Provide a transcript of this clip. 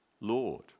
Lord